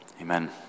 amen